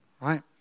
right